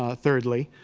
ah thirdly,